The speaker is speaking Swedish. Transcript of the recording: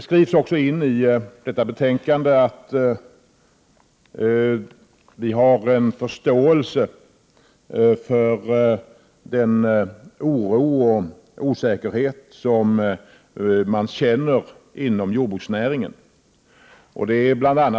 I utskottets skrivning tas med att vi har förståelse för den oro och osäkerhet som råder inom jordbruksnäringen.